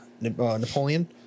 Napoleon